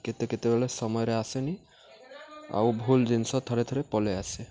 କେତେ କେତେବେଳେ ସମୟରେ ଆସେନି ଆଉ ଭୁଲ ଜିନିଷ ଥରେ ଥରେ ପଳାଇ ଆସେ